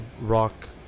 rock